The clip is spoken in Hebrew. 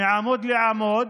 מעמוד לעמוד.